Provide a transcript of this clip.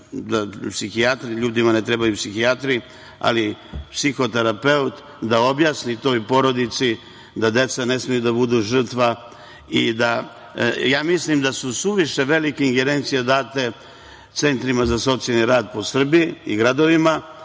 ljudima ne trebaju psihijatri, ali psihoterapeuti da objasne toj porodici da deca ne smeju da budu žrtve? Mislim da su suviše velike ingerencije date centrima za socijalni rad u Srbiji i gradovima.